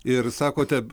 ir sakote